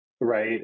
right